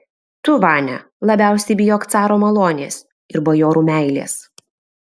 tu vania labiausiai bijok caro malonės ir bajorų meilės